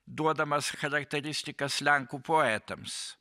duodamas charakteristikas lenkų poetams